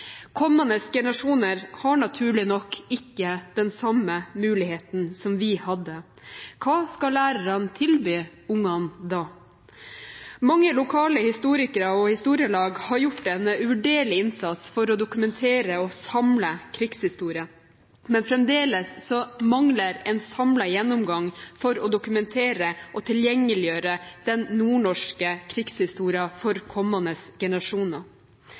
Kommende generasjoner har naturlig nok ikke den samme muligheten som vi hadde. Hva skal lærerne tilby ungene da? Mange lokale historikere og historielag har gjort en uvurderlig innsats for å dokumentere og samle krigshistorie, men fremdeles mangler en samlet gjennomgang for å dokumentere og tilgjengeliggjøre den nordnorske krigshistorien for kommende generasjoner.